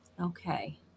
okay